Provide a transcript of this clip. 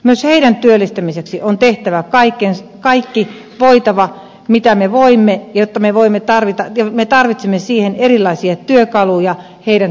myös heidän työllistämisekseen on tehtävä kaikki mitä me voimme ja me tarvitsemme erilaisia työkaluja heidän työllistämiseensä